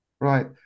Right